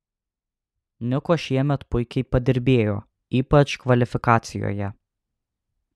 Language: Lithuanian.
niko šiemet puikiai padirbėjo ypač kvalifikacijoje